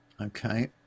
Okay